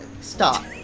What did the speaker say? Stop